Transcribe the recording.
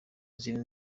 n’izindi